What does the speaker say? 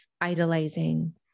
idolizing